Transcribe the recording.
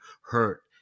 hurt